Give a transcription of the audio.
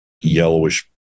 yellowish